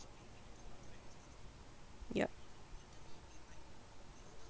yup